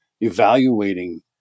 evaluating